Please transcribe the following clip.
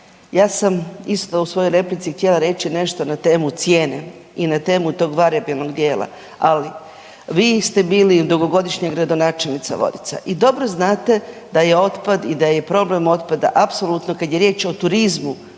ja sam isto u svojoj replici htjela reći nešto na temu cijene i na temu tog varijabilnog dijela. Ali, vi ste bili dugogodišnja gradonačelnica Vodica i dobro znate da je otpad i da je problem otpada apsolutno, kad je riječ o turizmu,